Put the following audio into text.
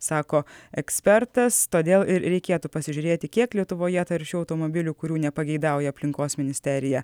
sako ekspertas todėl ir reikėtų pasižiūrėti kiek lietuvoje taršių automobilių kurių nepageidauja aplinkos ministerija